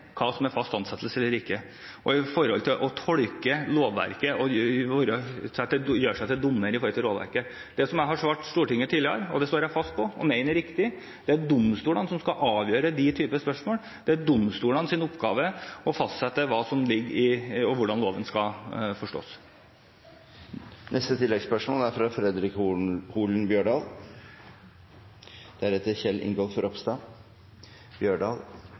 hva som er fast ansettelse eller ikke med hensyn til å tolke og gjøre seg til dommer over lovverket. Det som jeg har svart Stortinget tidligere – det står jeg fast på og mener det er riktig – er at det er domstolene som skal avgjøre denne typen spørsmål, det er domstolenes oppgave å fastsette hva som ligger i dette, og hvordan loven skal forstås.